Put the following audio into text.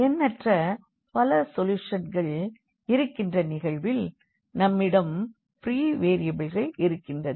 எண்ணற்ற பல சொல்யூஷன்கள் இருக்கின்ற நிகழ்வில் நம்மிடம் ப்ரீ வேரியபிள்கள் இருக்கின்றது